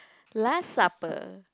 last supper